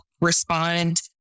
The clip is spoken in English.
respond